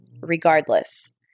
regardless